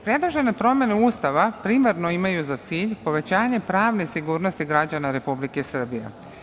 Predložene promene Ustava primarno imaju za cilj povećanje pravne sigurnosti građana Republike Srbije.